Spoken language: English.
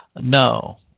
No